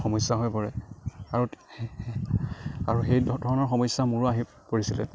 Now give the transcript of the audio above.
সমস্যা হৈ পৰে আৰু আৰু সেই ধৰণৰ সমস্যা মোৰো আহি পৰিছিলে